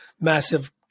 massive